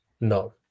No